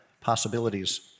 possibilities